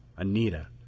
anita,